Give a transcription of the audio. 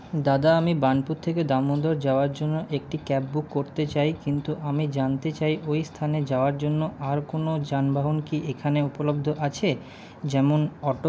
দাদা আমি বার্নপুর থেকে দামোদর যাওয়ার জন্য একটি ক্যাব বুক করতে চাই কিন্তু আমি জানতে চাই ঐ স্থানে যাওয়ার জন্য আর কোনো যানবাহন কি এখানে উপলব্ধ আছে যেমন অটো